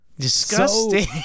disgusting